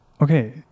Okay